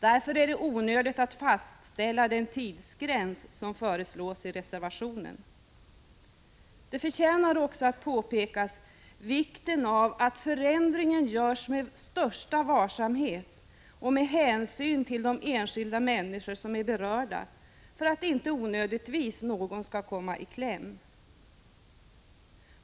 Därför är det onödigt att fastställa den tidsgräns som föreslås i reservationen. Det förtjänar också att påpekas vikten av att förändringen görs med största varsamhet och med hänsyn till de enskilda människor som är berörda, för att inte onödigtvis någon skall komma i kläm.